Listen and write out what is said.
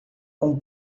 com